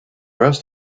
rest